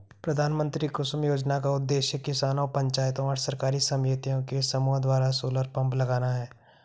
प्रधानमंत्री कुसुम योजना का उद्देश्य किसानों पंचायतों और सरकारी समितियों के समूह द्वारा सोलर पंप लगाना है